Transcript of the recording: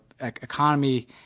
economy